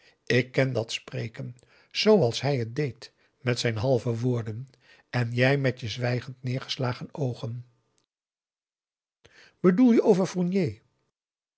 ik ken dat spreken zooals hij het deed met zijn halve woorden en jij met je zwijgend neergeslagen oogen bedoel je over